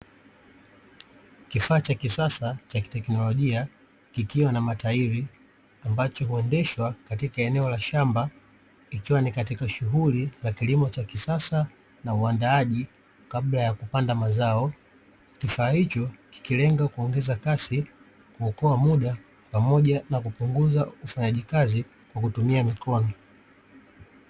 Kifaa cha kisasa cha kiteknolojia, kikiwa na matairi, ambacho huendeshwa katika eneo la shamba, ikiwa ni katika shughuli za kilimo cha kisasa na uandaaji kabla ya kupanda mazao. Kifaa hicho kikilenga kuongeza kasi, kuokoa muda, pamoja na kupunguza ufanyaji kazi kwa kutumia mikono.